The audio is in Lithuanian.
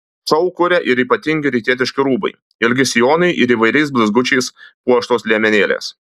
šou kuria ir ypatingi rytietiški rūbai ilgi sijonai ir įvairiais blizgučiais puoštos liemenėlės